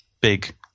big